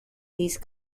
these